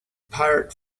pirate